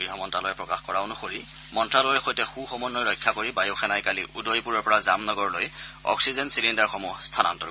গৃহমন্ত্যালয়ে প্ৰকাশ কৰা অনুসৰি মন্ত্যালয়ৰ সৈতে সু সমন্নয় ৰক্ষা কৰি বায়ু সেনাই কালি উদয়পুৰৰ পৰা জামনগৰলৈ অক্সিজেন চিলিণ্ডাৰসমূহ স্থানান্তৰ কৰে